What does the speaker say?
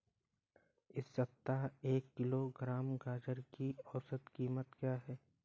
इस सप्ताह एक किलोग्राम गाजर की औसत कीमत क्या है?